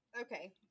Okay